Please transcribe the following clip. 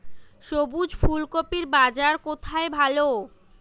সবুজ ফুলকপির বাজার কোথায় ভালো?